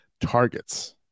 targets